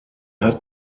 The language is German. hat